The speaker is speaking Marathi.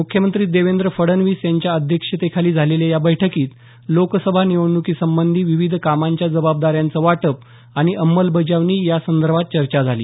मुख्यमंत्री देवेंद्र फडणवीस यांच्या अध्यक्षतेखाली झालेल्या या बैठकीत लोकसभा निवडणूकीसंबंधी विविध कामांच्या जबाबदाऱ्यांचं वाटप आणि अंमलबजावणी या संदर्भात चर्चा झाली